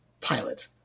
pilot